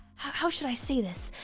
how should i say this?